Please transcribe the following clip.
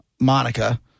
Monica